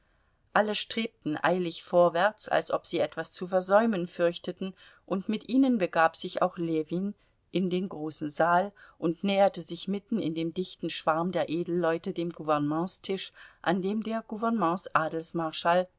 alle strebten eilig vorwärts als ob sie etwas zu versäumen fürchteten und mit ihnen begab sich auch ljewin in den großen saal und näherte sich mitten in dem dichten schwarm der edelleute dem gouvernementstisch an dem der